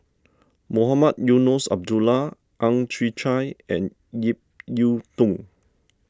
Mohamed Eunos Abdullah Ang Chwee Chai and Ip Yiu Tung